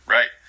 Right